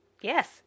Yes